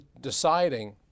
deciding